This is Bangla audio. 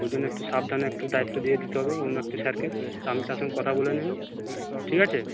ওই জন্য একটু সাবধানে একটু দায়িত্ব দিয়ে দিতে হবে অন্য একটি স্যারকে আপনি তার সঙ্গে কথা বলে নেবেন ঠিক আছে